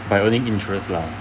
by earning interest lah